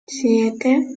siete